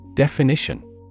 Definition